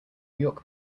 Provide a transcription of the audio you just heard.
york